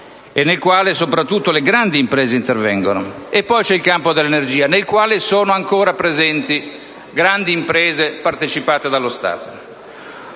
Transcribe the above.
ma soprattutto le grandi imprese intervengono; quindi, il campo dell'energia, nel quale sono ancora presenti grandi imprese partecipate dallo Stato.